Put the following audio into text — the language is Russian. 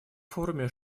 форуме